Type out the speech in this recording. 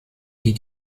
die